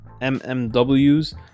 MMWs